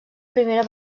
primera